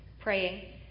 praying